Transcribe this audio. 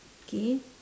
K